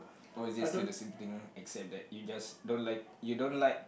oh is it still the same thing except that you just don't like you don't like